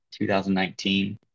2019